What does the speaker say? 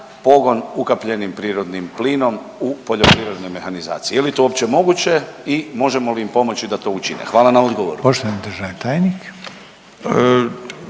pogon ukapljenim prirodnim plinom u poljoprivrednoj mehanizaciji? Je li to uopće moguće i možemo li im pomoći da to učine? Hvala na odgovoru.